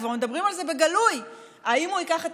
וכבר מדברים על זה בגלוי: האם הוא ייקח את